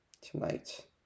Tonight